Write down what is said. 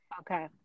Okay